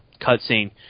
cutscene